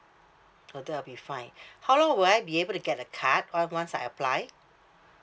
oh that'll be fine how long would I be able to get a card uh once I applied